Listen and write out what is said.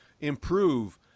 improve